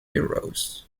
euros